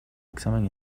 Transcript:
examen